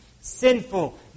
Sinful